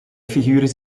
figuren